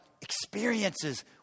experiences